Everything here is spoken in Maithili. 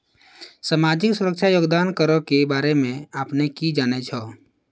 समाजिक सुरक्षा योगदान करो के बारे मे अपने कि जानै छो?